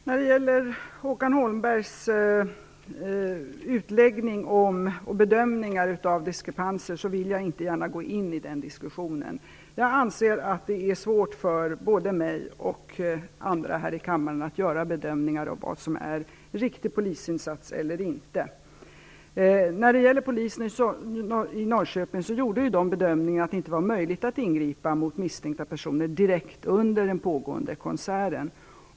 Fru talman! När det gäller Håkan Holmbergs utläggning om och bedömning av diskrepanser vill jag inte gärna gå in i den diskussionen. Jag anser att det är svårt för både mig och andra här i kammaren att göra bedömningar av vad som är riktig polisinsats eller inte. Polisen i Norrköping gjorde bedömningen att det inte var möjligt att ingripa mot misstänkta personer direkt under den pågående konserten.